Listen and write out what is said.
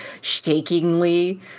shakingly